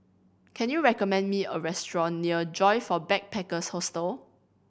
can you recommend me a restaurant near Joyfor Backpackers' Hostel